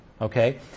Okay